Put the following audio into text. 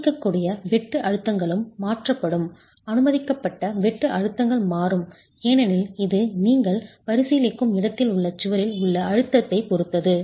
அனுமதிக்கக்கூடிய வெட்டு அழுத்தங்களும் மாற்றப்படும் அனுமதிக்கப்பட்ட வெட்டு அழுத்தங்கள் மாறும் ஏனெனில் இது நீங்கள் பரிசீலிக்கும் இடத்தில் உள்ள சுவரில் உள்ள அழுத்தத்தைப் பொறுத்தது